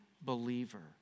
believer